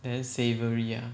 then savoury ah